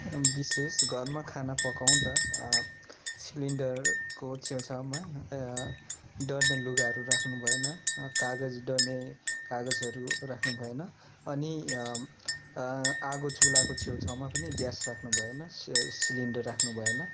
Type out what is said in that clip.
अब विशेष घरमा खाना पकाउँदा सिलिन्डरको छेउछाउमा डढ्ने लुगाहरू राख्नु भएन कागज डढ्ने कागजहरू राख्नु भएन अनि आगो चुलाको छेउछाउमा पनि ग्यास राख्नु भएन स्या सिलिन्डर राख्नु भएन